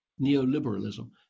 neoliberalism